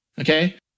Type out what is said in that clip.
okay